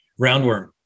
roundworm